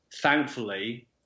thankfully